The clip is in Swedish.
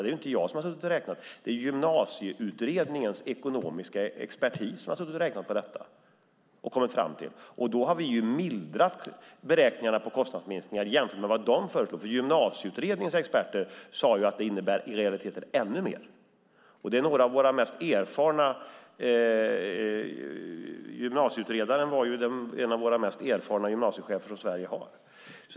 Det är inte jag som har suttit och räknat, utan det är Gymnasieutredningens ekonomiska expertis som har suttit och räknat och kommit fram till det här. Då har vi mildrat beräkningarna för kostnadsminskningar jämfört med vad de föreslog, för Gymnasieutredningens experter sade att det i realiteten innebär ännu mer. Och gymnasieutredaren var en av de mest erfarna gymnasiechefer som vi i Sverige har.